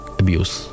abuse